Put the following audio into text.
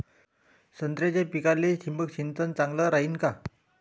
संत्र्याच्या पिकाले थिंबक सिंचन चांगलं रायीन का?